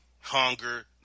hunger